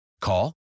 Call